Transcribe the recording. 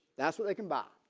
that's what they can buy.